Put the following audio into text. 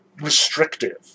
restrictive